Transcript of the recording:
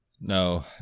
No